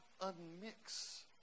unmix